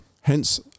hence